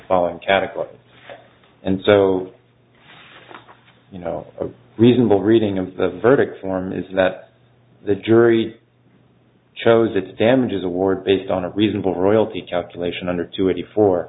cataclysm and so you know a reasonable reading of the verdict form is that the jury chose it damages award based on a reasonable royalty calculation under two eighty four